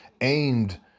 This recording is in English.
aimed